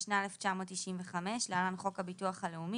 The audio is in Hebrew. התשנ"ה-1995 (להלן חוק הביטוח הלאומי),